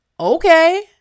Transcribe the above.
Okay